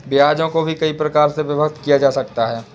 ब्याजों को भी कई प्रकार से विभक्त किया जा सकता है